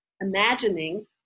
imagining